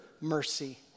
mercy